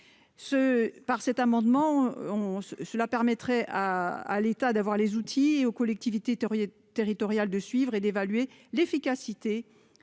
par cet amendement on cela permettrait à l'État d'avoir les outils et aux collectivités Turriers territoriale de suivre et d'évaluer l'efficacité